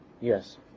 yes